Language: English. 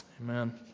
Amen